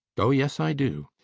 oh yes i do.